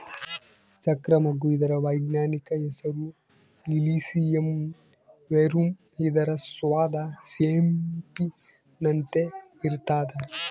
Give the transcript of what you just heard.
ಚಕ್ರ ಮಗ್ಗು ಇದರ ವೈಜ್ಞಾನಿಕ ಹೆಸರು ಇಲಿಸಿಯಂ ವೆರುಮ್ ಇದರ ಸ್ವಾದ ಸೊಂಪಿನಂತೆ ಇರ್ತಾದ